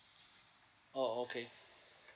oh okay